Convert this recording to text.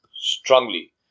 strongly